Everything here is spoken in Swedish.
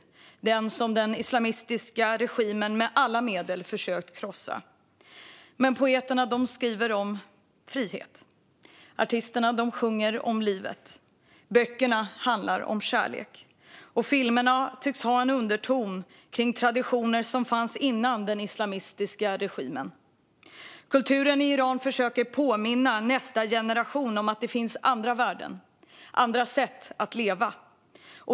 Det är den som den islamistiska regimen med alla medel försökt att krossa. Men poeterna skriver om frihet. Artisterna sjunger om livet. Böckerna handlar om kärlek. Filmerna tycks ha en underton av traditioner som fanns innan den islamistiska regimen. Kulturen i Iran försöker påminna nästa generation om att det finns andra värden, andra sätt att leva.